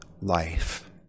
life